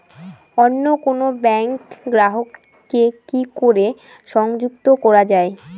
অন্য কোনো ব্যাংক গ্রাহক কে কি করে সংযুক্ত করা য়ায়?